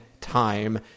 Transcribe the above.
time